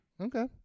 Okay